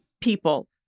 people